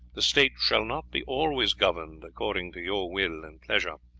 the state shall not be always governed according to your will and pleasure.